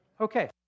Okay